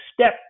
step